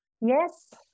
yes